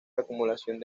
acumulación